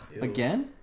Again